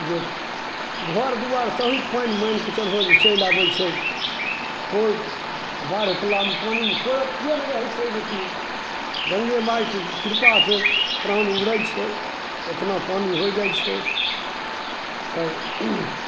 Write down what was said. जे घरद्वार सहित पानि मानिके चलहो जे चलि आबैत छै कोइ बाढ़ प्लान पानिमे कोइ अथिए नहि रहैत छै जेकि गङ्गेमाइके कृपासे प्राण उबरैत छै केतना पानि होइ जाइत छै तब